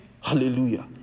Hallelujah